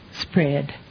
spread